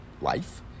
life